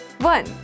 One